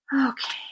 Okay